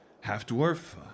half-dwarf